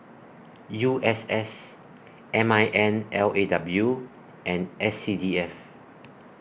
U S S M I N L A W and S C D F